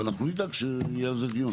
ואנחנו נדאג שיהיה על זה דיון.